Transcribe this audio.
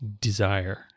desire